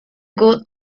good